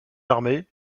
armés